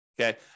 Okay